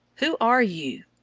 who are you?